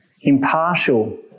impartial